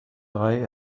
drei